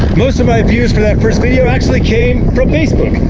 most of my views for that first video actually came from facebook.